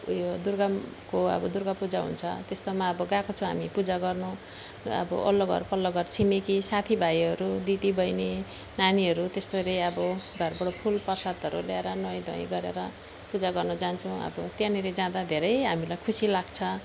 ऊ यो दुर्गाको आबो दुर्गा पूजा हुन्छ त्यस्तोमा अब गएको छु हामी पूजा गर्नु अब ओल्लो घर पल्लो घर छिमेको साथीभाइहरू दिदी बहिनी नानीहरू त्यसरी अब घरबाट फुल प्रसादहरू ल्याएर नुहाइधुवाइ गरेर पूजा गर्नु जान्छौँ अब त्यहाँनिर जाँदा धेरै हामीलाई खुसी लाग्छ